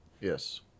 Yes